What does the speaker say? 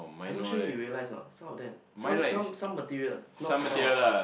I not sure you realise or not some of them some some some material not say all